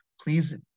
Please